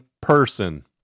PERSON